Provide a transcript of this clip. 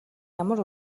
ямар